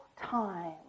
time